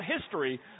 history